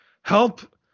Help